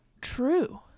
true